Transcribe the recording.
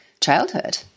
childhood